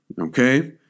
okay